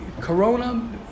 corona